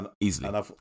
Easily